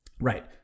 Right